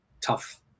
tough